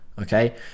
Okay